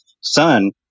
son